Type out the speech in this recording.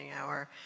hour